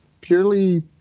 purely